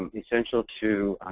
um essential to